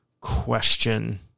question